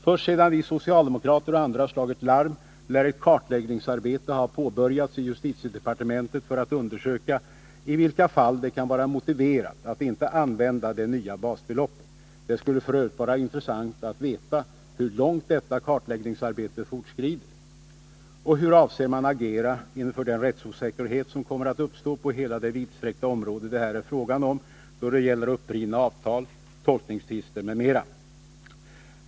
Först sedan vi socialdemokrater och andra slagit larm lär ett kartläggningsarbete ha påbörjats i justitiedepartementet för att undersöka i vilka fall det kan vara motiverat att inte använda det nya basbeloppet. Det skulle f. ö. vara intressant att veta hur långt detta kartläggningsarbete fortskridit. Och hur avser man agera inför den rättsosäkerhet som kommer att uppstå på hela det vidsträckta område det här är frågan om då det gäller upprivna avtal, tolkningstvister m.m.?